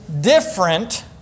different